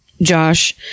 Josh